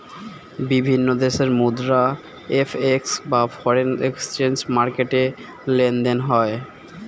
বিভিন্ন দেশের মুদ্রা এফ.এক্স বা ফরেন এক্সচেঞ্জ মার্কেটে লেনদেন হয়